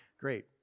Great